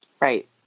right